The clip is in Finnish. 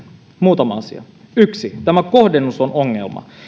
muutama asia tämä kohdennus on ongelma